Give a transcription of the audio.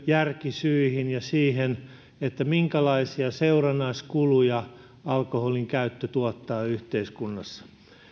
järkisyihin ja siihen minkälaisia seurannaiskuluja alkoholinkäyttö tuottaa yhteiskunnassa